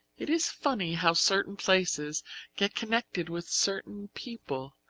it is funny how certain places get connected with certain people,